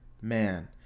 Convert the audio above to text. man